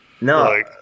No